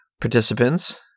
participants